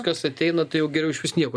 kas ateina tai jau geriau išvis nieko